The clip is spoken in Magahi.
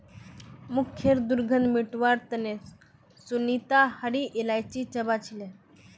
मुँहखैर दुर्गंध मिटवार तने सुनीता हरी इलायची चबा छीले